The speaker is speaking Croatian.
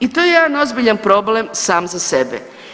I to je jedan ozbiljan problem sam za sebe.